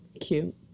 Cute